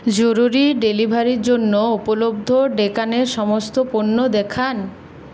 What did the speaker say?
জরুরি ডেলিভারির জন্য উপলব্ধ ডেকানের সমস্ত পণ্য দেখান